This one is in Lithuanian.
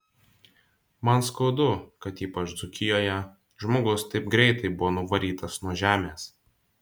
man skaudu kad ypač dzūkijoje žmogus taip greitai buvo nuvarytas nuo žemės